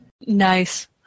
Nice